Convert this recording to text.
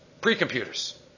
Pre-computers